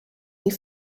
die